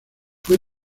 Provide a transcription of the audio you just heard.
fue